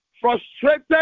frustrated